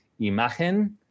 imagen